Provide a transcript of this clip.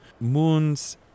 moons